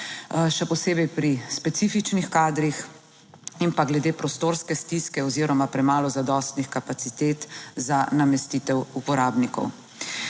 še posebej pri specifičnih kadrih in pa glede prostorske stiske oziroma premalo zadostnih kapacitet za namestitev uporabnikov.